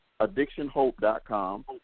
addictionhope.com